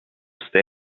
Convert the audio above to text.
stay